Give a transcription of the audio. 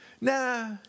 Nah